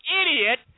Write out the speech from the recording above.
idiot